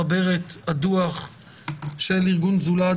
מחברת הדוח של ארגון "זולת".